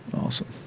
Awesome